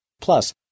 Plus